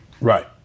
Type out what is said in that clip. Right